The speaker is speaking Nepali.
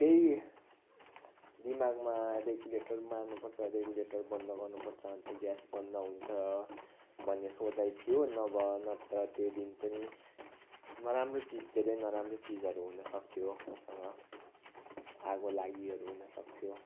त्यही दिमागमा रेगुलेटर मार्नु पर्च रेगुलेटर बन्द गर्नु पर्छ अन्त ग्यास बन्द हुन्छ भन्ने सोचाइ थियो नभए नत्र त्यो दिन पनि नराम्रो चिज धेरै नराम्रो चिजहरू हुन सक्थ्यो मसँग आगलागीहरू हुन सक्थ्यो